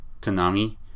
konami